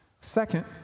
Second